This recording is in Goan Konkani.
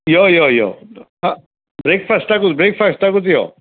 यो यो यो आं ब्रेकफास्टाकूत ब्रेकफास्टाकूत यो